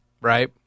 right